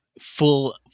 Full